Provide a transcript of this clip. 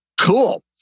Cool